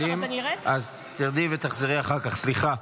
אז תרדי ותחזרי אחר כך, סליחה.